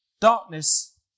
darkness